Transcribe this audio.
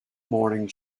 morning